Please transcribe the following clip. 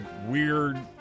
weird